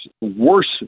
worse